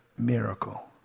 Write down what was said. miracle